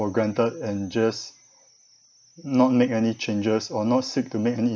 for granted and just not make any changes or not seek to make any